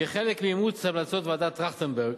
כחלק מאימוץ המלצות ועדת-טרכטנברג,